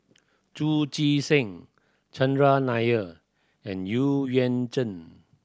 Chu Chee Seng Chandran Nair and Xu Yuan Zhen